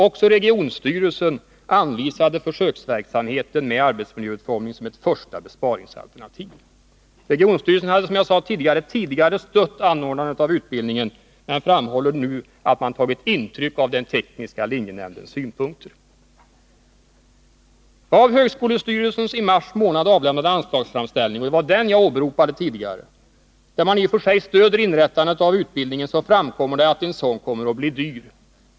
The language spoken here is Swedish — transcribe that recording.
Också regionstyrelsen anvisade försöksverksamhet med arbetsmiljöutformning som ett första besparingsalternativ. Regionstyrelsen hade, som jag redan sagt, tidigare stött anordnandet av utbildningen. Emellertid framhåller man nu att man tagit intryck av tekniska linjenämndens synpunkter. Av högskolestyrelsens i mars månad avlämnade anslagsframställning, vilken jag tidigare åberopade och i vilken man i och för sig stöder förslaget om ett inrättande av utbildningen, framgår att en sådan kommer att bli dyr.